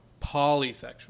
polysexual